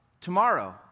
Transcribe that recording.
tomorrow